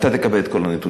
אתה תקבל את כל הנתונים.